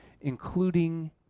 including